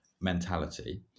mentality